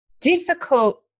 difficult